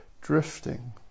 drifting